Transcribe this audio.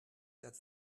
that